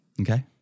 Okay